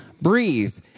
breathe